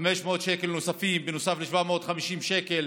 ו-500 שקל נוספים בנוסף ל-750 שקל